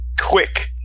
quick